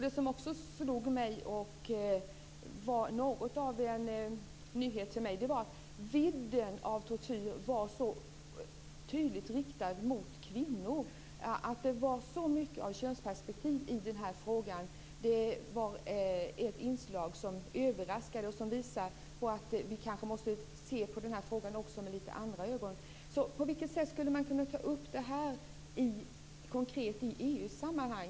Det som också slog mig och var något av en nyhet för mig var att vidden av tortyr var så tydligt riktad mot kvinnor. Att det var så mycket av könsperspektiv i den här frågan var ett inslag som överraskade mig. Det visar att vi kanske måste se på den här frågan med lite andra ögon. På vilket sätt skulle man kunna ta upp det konkret i EU-sammanhang?